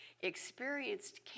experienced